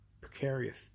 precarious